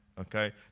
okay